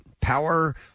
power